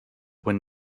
when